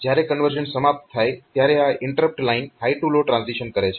જ્યારે કન્વર્ઝન સમાપ્ત થાય ત્યારે આ interrupt line high to low transition કરે છે